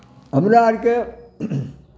हमरा अरके